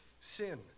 sin